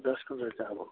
দছখন দৰজা হ'ব